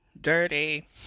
Dirty